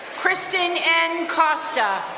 christine n. costa.